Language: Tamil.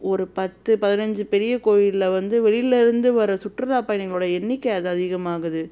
ஒரு பத்து பதினஞ்சு பெரிய கோயிலில் வந்து வெளியில் இருந்து வர சுற்றுலா பயணிங்களோடய எண்ணிக்கை அது அதிகமாகுது